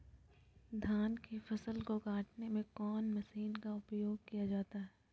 धान के फसल को कटने में कौन माशिन का उपयोग किया जाता है?